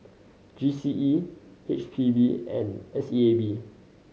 G C E H P B and S E A B